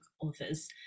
authors